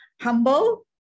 Humble